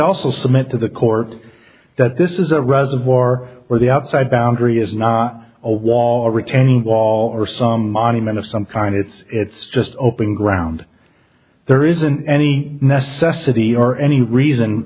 also submit to the court that this is a reservoir where the outside boundary is not a wall retaining wall or some monument of some kind it's it's just open ground there isn't any knesset the or any reason